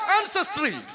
ancestry